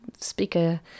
speaker